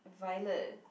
violet